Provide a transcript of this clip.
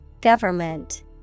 Government